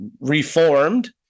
reformed